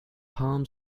palm